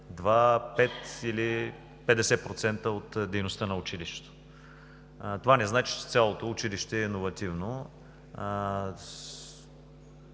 пет или 50% от дейността на училището. Това не значи, че цялото училище е иновативно.